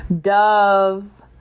Dove